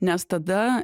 nes tada